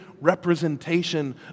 representation